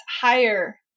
higher